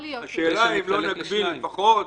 השאלה אם לא נגביל, לפחות